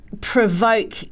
provoke